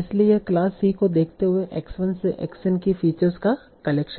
इसलिए यह class c को देखते हुए x 1 से x n की फीचर्स का कलेक्शन है